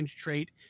trait